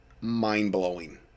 mind-blowing